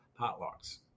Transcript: potlucks